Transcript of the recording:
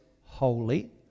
holy